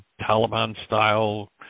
Taliban-style